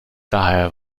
daher